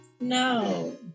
No